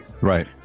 Right